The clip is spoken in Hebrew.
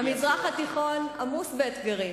המזרח התיכון עמוס באתגרים,